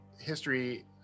history